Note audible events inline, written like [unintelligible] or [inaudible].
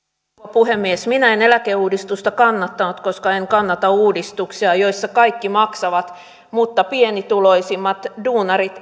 puhemies minä en eläkeuudistusta kannattanut koska en kannata uudistuksia joissa kaikki maksavat mutta pienituloisimmat duunarit [unintelligible]